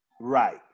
Right